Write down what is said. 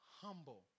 humble